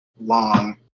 long